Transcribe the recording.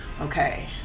okay